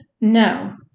No